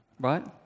right